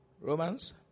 Romans